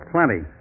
Plenty